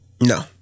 no